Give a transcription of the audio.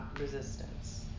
resistance